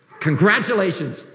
congratulations